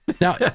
Now